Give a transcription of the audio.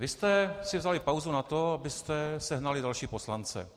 Vy jste si vzali pauzu na to, abyste sehnali další poslance.